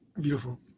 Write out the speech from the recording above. Beautiful